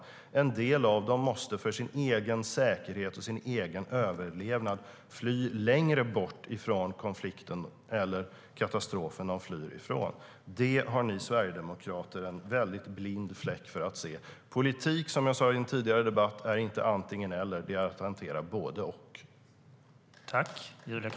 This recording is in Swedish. En del av dem måste för sin egen säkerhet och sin egen överlevnad fly längre bort från den konflikt eller katastrof som de flyr ifrån. Det har ni Sverigedemokrater en väldigt blind fläck för att se.